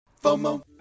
FOMO